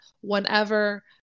whenever